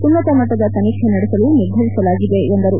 ಉನ್ನತ ಮಟ್ಟದ ತನಿಖೆ ನಡೆಸಲು ನಿರ್ಧರಿಸಲಾಗಿದೆ ಎಂದರು